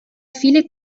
viele